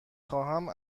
خواهم